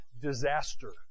disaster